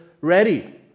ready